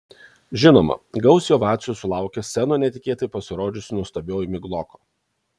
žinoma gausiai ovacijų sulaukė scenoje netikėtai pasirodžiusi nuostabioji migloko